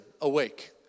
awake